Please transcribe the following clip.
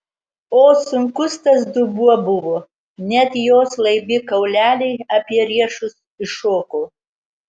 o sunkus tas dubuo buvo net jos laibi kauleliai apie riešus iššoko